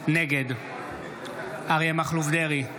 נגד אריה מכלוף דרעי,